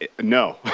No